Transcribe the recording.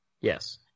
Yes